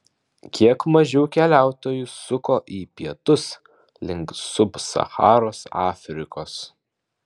kiek mažiau keliautojų suko į pietus link sub sacharos afrikos